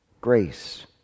Grace